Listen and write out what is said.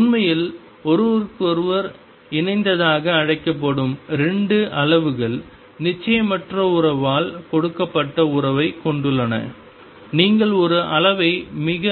உண்மையில் ஒருவருக்கொருவர் இணைந்ததாக அழைக்கப்படும் 2 அளவுகள் நிச்சயமற்ற உறவால் கொடுக்கப்பட்ட உறவைக் கொண்டுள்ளன நீங்கள் ஒரு அளவை மிக